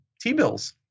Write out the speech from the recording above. T-bills